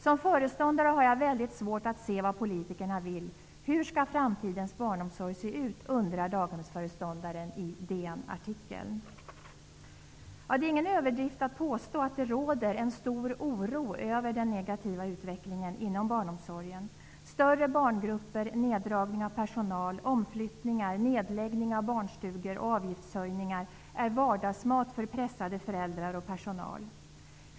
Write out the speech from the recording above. ''Som föreståndare har jag väldigt svårt att se vad politikerna vill. Hur ska framtidens barnomsorg se ut?'' undrar daghemsföreståndaren i DN-artikeln. Det är ingen överdrift att påstå att det råder en stor oro över den negativa utvecklingen inom barnomsorgen. Större barngrupper, neddragning av personal, omflyttningar, nedläggning av barnstugor och avgiftshöjningar är vardagsmat för pressade föräldrar och personal.